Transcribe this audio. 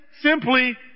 simply